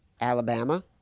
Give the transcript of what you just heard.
Alabama